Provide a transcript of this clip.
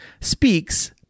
speaks